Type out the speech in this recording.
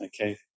Okay